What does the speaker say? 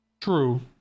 True